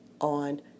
on